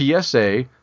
PSA